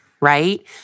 right